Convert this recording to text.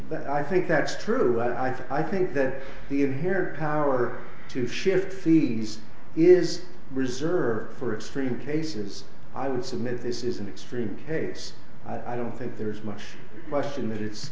but i think that's true i think i think that the in here power to shift fees is reserved for extreme cases i would submit this is an extreme case i don't think there's much question that it's